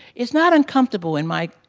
it's not uncomfortable in my,